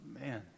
man